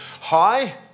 hi